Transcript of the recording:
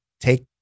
take